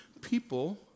people